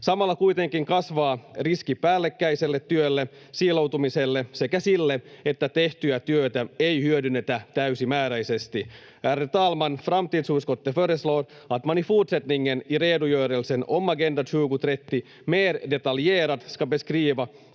Samalla kuitenkin kasvaa riski päällekkäiselle työlle, siiloutumiselle sekä sille, että tehtyä työtä ei hyödynnetä täysimääräisesti. Ärade talman! Framtidsutskottet föreslår att man i fortsättningen i redogörelsen om Agenda 2030 mer detaljerat ska beskriva